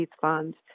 funds